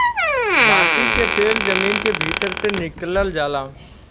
माटी के तेल जमीन के भीतर से निकलल जाला